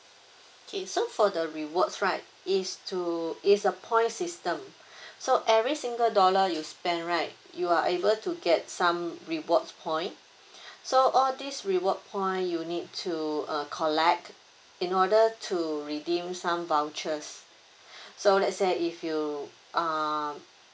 okay so for the rewards right it's to it's a point system so every single dollar you spend right you are able to get some rewards point so all this reward point you need to uh collect in order to redeem some vouchers so let's say if you uh